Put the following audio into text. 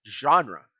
genre